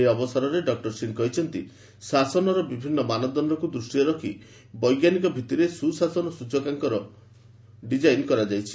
ଏହି ଅବସରରେ ଡକ୍ଟର ସିଂହ କହିଛନ୍ତି ଶାସନର ବିଭିନ୍ନ ମାନଦଣ୍ଡକୁ ଦୃଷ୍ଟିରେ ରଖି ବୈଜ୍ଞାନିକ ଭିତ୍ତିରେ ସୁଶାସନ ସୂଚନାଙ୍କର ଡିଜାଇନ୍ କରାଯାଇଛି